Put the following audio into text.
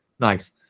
nice